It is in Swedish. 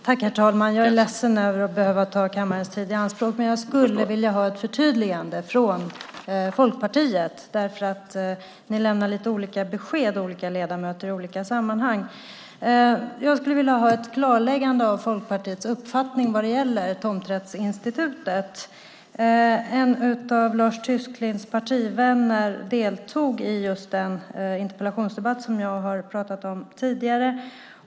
Herr talman! Jag är ledsen över att behöva ta kammarens tid i anspråk. Men jag skulle vilja ha ett förtydligande från Folkpartiet därför att olika ledamöter lämnar olika besked i olika sammanhang. Jag skulle vilja ha ett klarläggande av Folkpartiets uppfattning vad gäller tomträttsinstitutet. En av Lars Tysklinds partivänner deltog i just den interpellationsdebatt som jag har talat om tidigare.